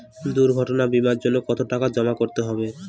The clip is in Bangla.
দুর্ঘটনা বিমার জন্য কত টাকা জমা করতে হবে?